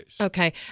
Okay